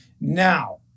Now